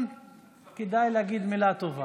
גם כדאי להגיד מילה טובה.